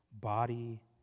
body